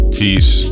peace